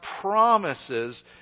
promises